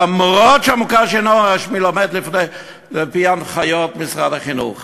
למרות שהמוכר שאינו רשמי לומד לפי הנחיות משרד החינוך.